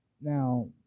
Now